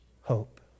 Hope